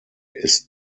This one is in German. ist